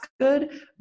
good